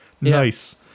nice